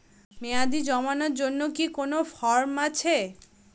মেয়াদী জমানোর জন্য কি কোন ফর্ম আছে?